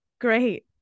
great